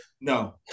No